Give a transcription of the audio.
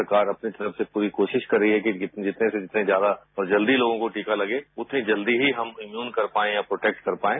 सरकार अपनी तरफ से पूरी कोशिश कर रही है कि जितने से जितने ज्यादा और जल्दी लोगों को टीका लगे उतनी जल्दी ही हम इम्यून कर पाएं या प्रोटेक्ट कर पाएं